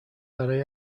برای